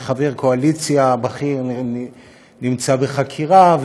חבר קואליציה בכיר נמצא בחקירה,